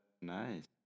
nice